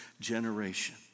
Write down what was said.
generation